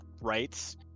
rights